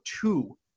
two